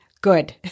good